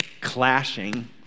clashing